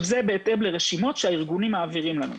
זה בהתאם לרשימות שהארגונים מעבירים לנו.